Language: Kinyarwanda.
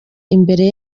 imbere